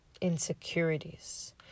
insecurities